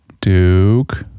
Duke